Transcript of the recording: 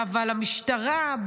אבל המשטרה,